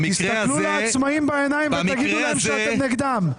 תסתכלו בעיניים ותגידו להם שאתם נגדם.